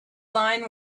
line